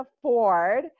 afford